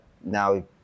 now